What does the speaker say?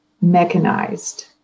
mechanized